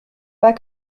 pas